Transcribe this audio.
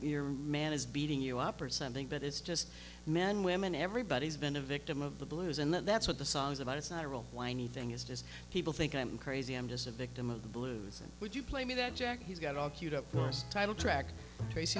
your man is beating you up or something but it's just men women everybody's been a victim of the blues and that's what the song is about it's not a real whiny thing is it is people think i'm crazy i'm just a victim of the blues and would you play me that jack he's got all cued up yours title track trac